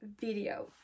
video